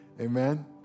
Amen